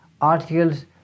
articles